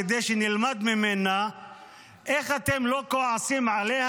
כדי שנלמד ממנה איך אתם לא כועסים עליה